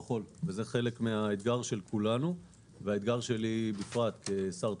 שזה חלק מהאתגר של כולנו ושלי כשר תקשורת.